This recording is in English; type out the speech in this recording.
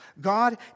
God